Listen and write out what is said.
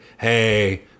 hey